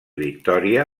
victòria